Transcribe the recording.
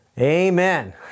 amen